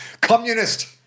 Communist